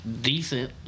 decent